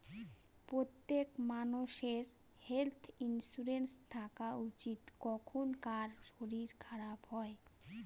প্রত্যেক মানষের health insurance থাকা উচিত, কখন কার শরীর খারাপ হয়